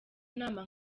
nama